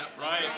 Right